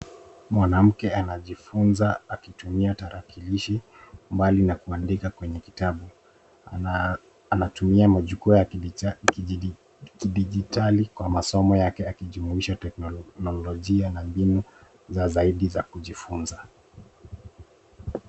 Mwanamke anajifunza akitumia tarakilishi bali na kuandika kwenye kitabu. Anatumia majukwaa ya kidijitali kwa masomo yake akijumuisha teknolojia na mbinu za zaidi za kujifunza.